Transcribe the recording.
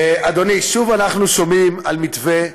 אדוני, שוב אנחנו שומעים על מתווה,